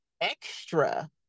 extra